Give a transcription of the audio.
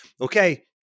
Okay